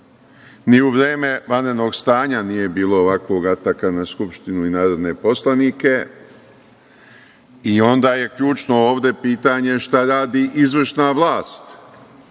u vreme vanrednog stanja nije bilo ovakvog ataka na Skupštinu i narodne poslanike i onda je ključno ovde pitanje – šta radi izvršna